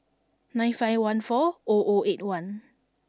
nine five one four O O eight one